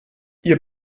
ihr